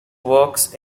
works